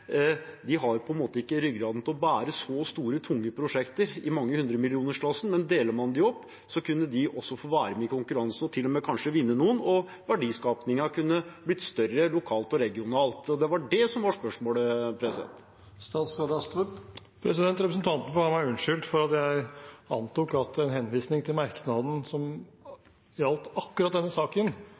har ryggrad til å bære store og tunge prosjekter i mangehundremillionersklassen. Delte man dem opp, kunne de også få være med i konkurransen og til og med kanskje vinne noen, og verdiskapingen kunne blitt større lokalt og regionalt. Det var det som var spørsmålet. Representanten må ha meg unnskyldt for at jeg antok at det med henvisningen til merknaden som gjaldt akkurat denne saken,